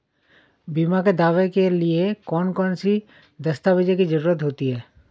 बीमा के दावे के लिए कौन कौन सी दस्तावेजों की जरूरत होती है?